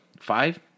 five